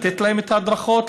לתת להם את ההדרכות,